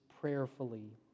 prayerfully